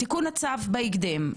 תיקון הצו בהקדם.